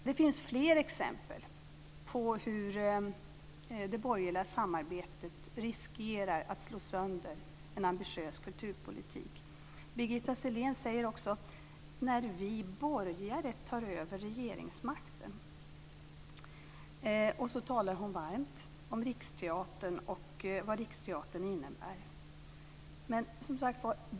Det finns ytterligare exempel på hur det borgerliga samarbetet riskerar att slå sönder en ambitiös kulturpolitik. Birgitta Sellén säger också: När vi borgare tar över regeringsmakten. Sedan talar hon varmt om Riksteatern och vad den innebär.